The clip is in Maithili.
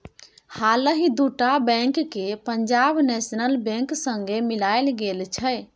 हालहि दु टा बैंक केँ पंजाब नेशनल बैंक संगे मिलाएल गेल छै